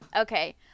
Okay